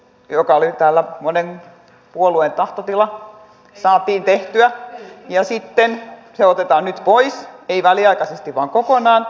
joka oli täällä pidettävä huoli ettei tämä vaikuta sellaisella tavalla että koko meidän hyvä kehityksemme sivistysmaana pysähtyy